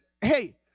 hey